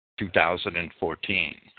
2014